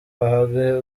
bahanga